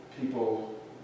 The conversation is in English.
people